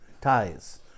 ties